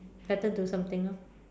better do something ah